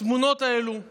התמונות האלו חוזרות,